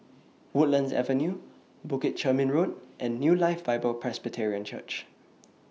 Woodlands Avenue Bukit Chermin Road and New Life Bible Presbyterian Church